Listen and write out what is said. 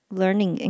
learning